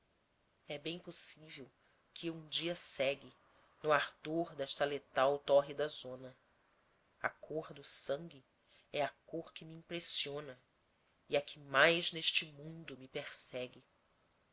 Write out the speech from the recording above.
é bem possível que eu umdia cegue no ardor desta letal tórrida zona a cor do sangue é a cor que me impressiona e a que mais neste mundo me persegue